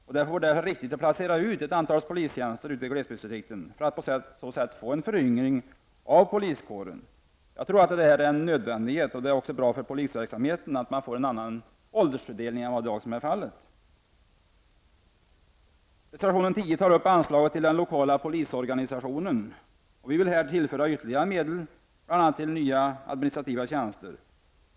Därför vore det riktigt att placera ut ett antal polistjänster ute i glesbygdsdistrikten för att på så sätt få en föryngring av poliskåren. Jag tror att detta är nödvändigt, och det är också bra för polisverksamheten att man får en annan åldersfördelning än vad som i dag är fallet. I reservation 10 tas anslaget till den lokala polisorganisationen upp. Enligt denna reservation vill centern och moderaterna tillföra ytterligare medel till bl.a. nya administrativa tjänster.